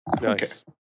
Nice